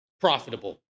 profitable